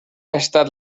estat